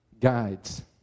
guides